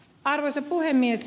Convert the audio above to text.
arvoisa puhemies